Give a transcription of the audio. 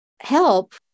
help